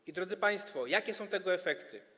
I, drodzy państwo, jakie są tego efekty?